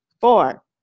Four